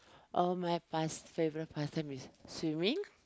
uh my past~ favorite pastime is swimming